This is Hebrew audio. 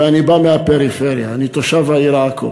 ואני בא מהפריפריה, אני תושב העיר עכו